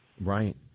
Right